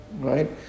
right